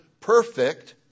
perfect